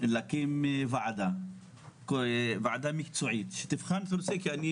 להקים ועדה מקצועית שתבחן את הנושא כי אני